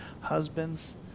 husbands